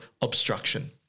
obstruction